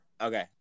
Okay